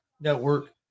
network